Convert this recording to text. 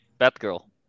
Batgirl